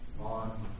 on